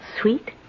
sweet